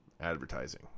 advertising